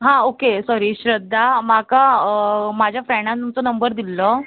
हां okay sorry Shraddha म्हाका म्हाज्या फ्रेंडान तुमचो नंबर दिल्लो